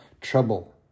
trouble